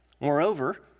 Moreover